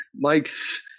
mike's